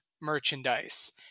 merchandise